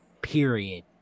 period